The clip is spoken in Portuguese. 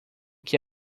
que